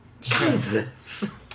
Jesus